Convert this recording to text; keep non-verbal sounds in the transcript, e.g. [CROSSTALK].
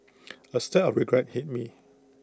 [NOISE] A stab of regret hit me